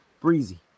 Breezy